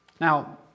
Now